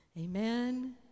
Amen